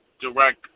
direct